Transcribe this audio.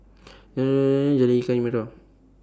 Jalan Ikan Merah